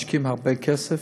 ומשקיעים הרבה כסף,